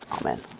Amen